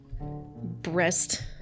breast